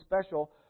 special